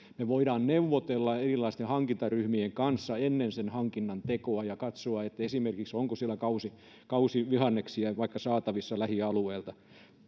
me voimme neuvotella erilaisten hankintaryhmien kanssa ennen sen hankinnan tekoa ja katsoa onko siellä esimerkiksi vaikka kausivihanneksia saatavissa lähialueelta